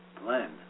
blend